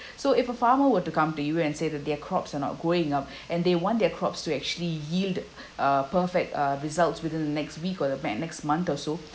so if a farmer were to come to you and say that their crops are not growing up and they want their crops to actually yield uh perfect uh results within the next week or the me~ next month or so